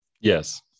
Yes